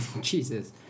Jesus